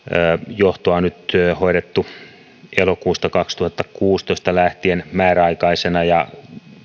johtoa on nyt hoidettu elokuusta kaksituhattakuusitoista lähtien määräaikaisena ja